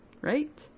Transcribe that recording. right